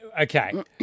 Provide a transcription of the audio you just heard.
okay